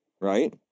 Right